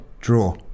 Draw